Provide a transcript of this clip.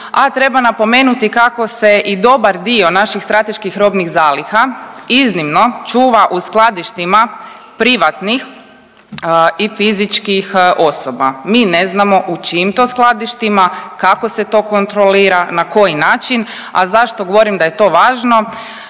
a treba napomenuti kako se i dobar dio naših strateških robnih zaliha iznimno čuva u skladištima privatnih i fizičkih osoba, mi ne znamo u čijim to skladištima, kako se to kontrolira, na koji način, a zašto govorim da je to važno,